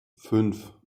fünf